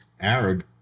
Arab